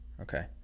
Okay